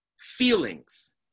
Feelings